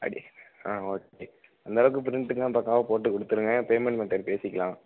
அடி ஆ ஓகே அந்தளவுக்கு பிரிண்ட்டுனால் பக்காவாக போட்டு கொடுத்துருங்க பேமெண்ட் மெத்தேர்டு பேசிக்கலாம்